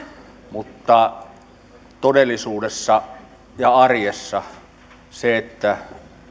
mutta todellisuudessa ja arjessa on merkitystä sillä että